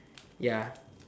ya